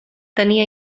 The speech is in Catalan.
tenia